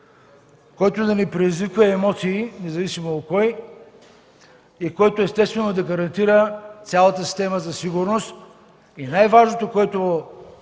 който да не предизвиква емоции, независимо у кой, и който да гарантира цялата система за сигурност. Най-важното, което